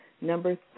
Number